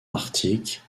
arctique